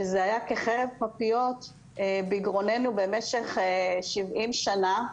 מה שהיה כחרב פיפיות בגרוננו במשך 70 שנים.